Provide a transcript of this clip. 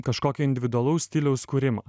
kažkokio individualaus stiliaus kūrimą